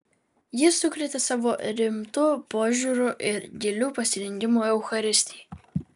ji sukrėtė savo rimtu požiūriu ir giliu pasirengimu eucharistijai